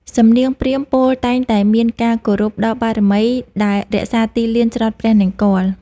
សំនៀងព្រាហ្មណ៍ពោលតែងតែមានការគោរពដល់បារមីដែលរក្សាទីលានច្រត់ព្រះនង្គ័ល។